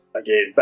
Again